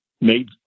made